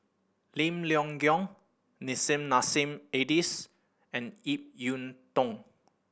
Lim Leong Geok Nissim Nassim Adis and Ip Yiu Tung